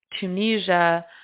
Tunisia